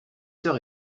sœurs